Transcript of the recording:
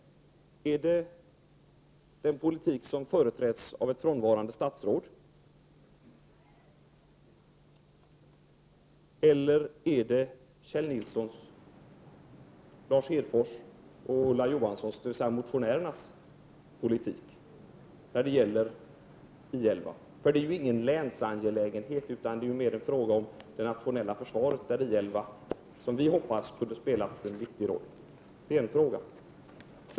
101 Är det den politik som företräds av det frånvarande statsrådet? Eller är det Kjell Nilssons, Lars Hedfors och Ulla Johanssons, dvs. motionärernas, politik? Det här är ju ingen länsangelägenhet utan mer en fråga om det nationella försvaret, där vi hade hoppats att I 11 skulle kunna spela en viktig roll.